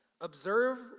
observe